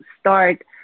start